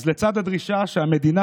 אז לצד הדרישה שהמדינה,